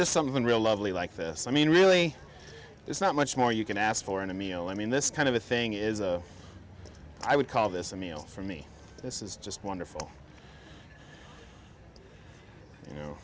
just something real lovely like this i mean really there's not much more you can ask for in a meal i mean this kind of thing is i would call this a meal for me this is just wonderful you know